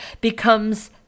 becomes